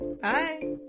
Bye